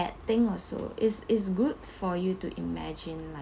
thing also it's it's good for you to imagine like